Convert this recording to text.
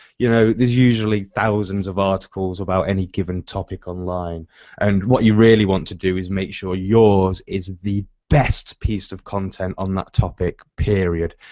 you know, there's usually thousands of articles about any given topic online and what you really want to do is make sure yours is the best piece of content on that topic period.